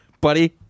buddy